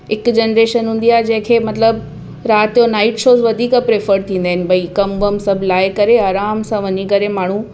हिक जनरेशन हूंदी आहे जंहिं खे मतलबु राति जो नाइट शो वधीक प्रेफर थींदा आहिनि भई कमु वमु सभ लाइ करे आरामु सां वञी करे माण्हू